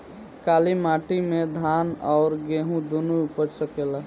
काली माटी मे धान और गेंहू दुनो उपज सकेला?